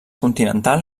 continental